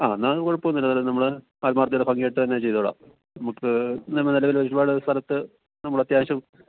ആ എന്നാൽ അത് കുഴപ്പമൊന്നുമില്ല ഏതായാലും നമ്മൾ ആത്മാർത്ഥയോടെ ഭംഗി ആയിട്ട്തന്നെ ചെയ്തോളാം നമുക്ക് ഇന്ന് നിലവിൽ ഒരുപാട് സ്ഥലത്ത് നമ്മൾ അത്യാവശ്യം